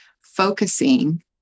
focusing